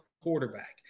quarterback